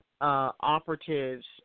Operatives